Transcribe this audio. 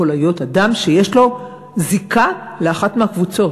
להיות אדם שיש לו זיקה לאחת מהקבוצות.